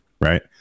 Right